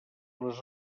les